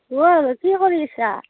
অ' কি কৰি আছা